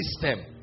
system